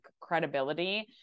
credibility